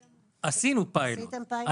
עשינו פיילוט, לקחנו --- עשיתם פיילוט?